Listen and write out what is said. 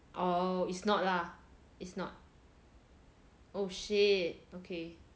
orh is not lah it's not oh shit okay